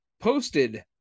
posted